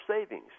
savings